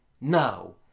No